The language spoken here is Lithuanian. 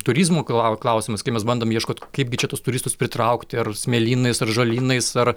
turizmo klau klausimas kai mes bandom ieškot kaipgi čia tuos turistus pritraukti ar smėlynais ar žolynais ar